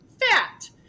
Fat